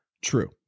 True